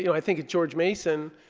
you know i think at george mason